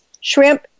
Shrimp